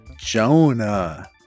Jonah